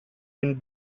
been